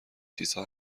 چیزها